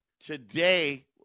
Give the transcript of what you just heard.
Today